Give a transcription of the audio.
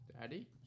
Daddy